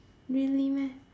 really meh